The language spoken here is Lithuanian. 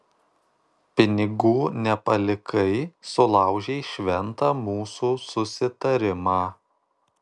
pinigų nepalikai sulaužei šventą mūsų susitarimą